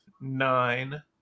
nine